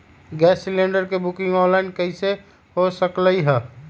Gas cylinder के booking online कईसे हो सकलई ह?